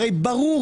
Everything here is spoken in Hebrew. הרי ברור